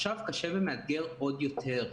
יהיה להן עכשיו קשה ומאתגר הרבה יותר.